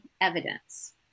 evidence